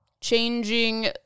changing